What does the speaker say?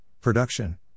production